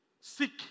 Seek